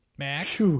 max